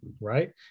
right